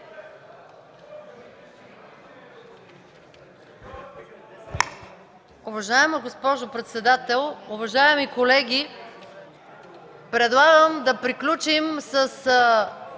Уважаема госпожо председател, уважаеми колеги! Предлагам да приключим с